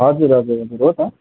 हजुर हजुर हजुर हो त